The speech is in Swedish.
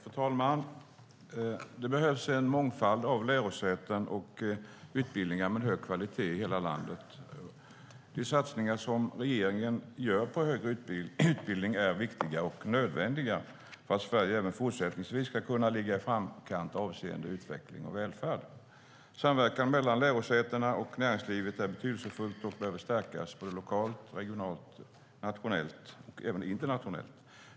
Fru talman! Det behövs en mångfald av lärosäten och utbildningar med hög kvalitet i hela landet. De satsningar som regeringen gör på högre utbildning är viktiga och nödvändiga för att Sverige även fortsättningsvis ska ligga i framkant avseende utveckling och välfärd. Samverkan mellan lärosätena och näringslivet är betydelsefull och behöver stärkas lokalt, regionalt, nationellt och även internationellt.